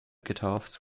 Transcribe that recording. getauft